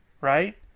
right